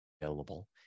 available